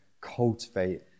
cultivate